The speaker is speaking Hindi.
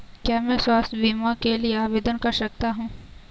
क्या मैं स्वास्थ्य बीमा के लिए आवेदन कर सकता हूँ?